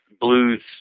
blues